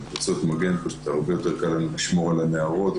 בקבוצות מגן הרבה יותר קל לשמור על הנערות,